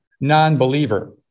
non-believer